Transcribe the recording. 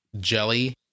jelly